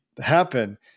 happen